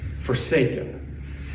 forsaken